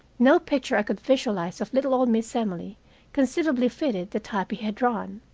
no picture i could visualize of little old miss emily conceivably fitted the type he had drawn.